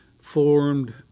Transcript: formed